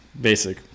basic